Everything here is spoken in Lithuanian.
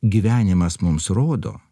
gyvenimas mums rodo